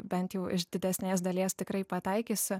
bent jau iš didesnės dalies tikrai pataikysiu